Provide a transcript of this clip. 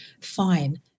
fine